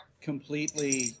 completely